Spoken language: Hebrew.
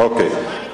אוקיי.